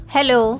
Hello